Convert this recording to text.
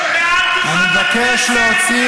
מעל דוכן הכנסת?